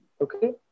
Okay